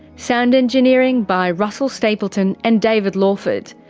sound engineering by russell stapleton and david lawford,